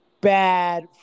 bad